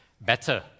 better